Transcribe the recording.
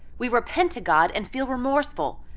we repent to god and feel remorseful.